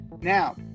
Now